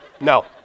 no